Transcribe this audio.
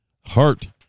Heart